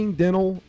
dental